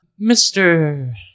Mr